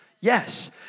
yes